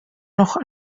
noch